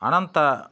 అనంత